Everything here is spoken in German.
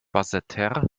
basseterre